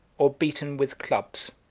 or beaten with clubs,